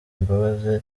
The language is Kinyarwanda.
imbabazi